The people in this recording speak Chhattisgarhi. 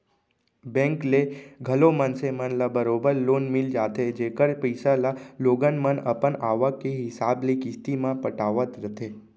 बेंक ले घलौ मनसे मन ल बरोबर लोन मिल जाथे जेकर पइसा ल लोगन मन अपन आवक के हिसाब ले किस्ती म पटावत रथें